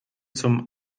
zum